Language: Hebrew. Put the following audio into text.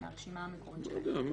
לא יודע.